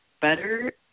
better